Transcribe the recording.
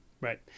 right